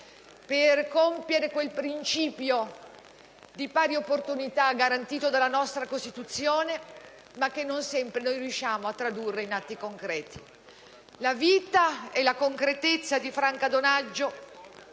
per realizzare quel principio di pari opportunità garantito dalla nostra Costituzione, ma che non sempre riusciamo a tradurre in atti concreti. La vita e la concretezza di Franca Donaggio